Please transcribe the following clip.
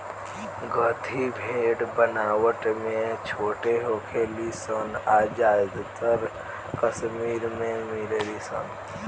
गद्दी भेड़ बनावट में छोट होखे ली सन आ ज्यादातर कश्मीर में मिलेली सन